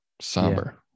Somber